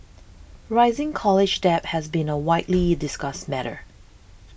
rising college debt has been a widely discussed matter